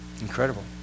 Incredible